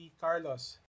Carlos